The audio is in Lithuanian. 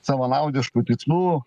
savanaudiškų tikslų